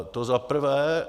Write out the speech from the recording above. To za prvé.